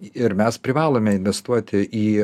ir mes privalome investuoti į